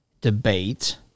debate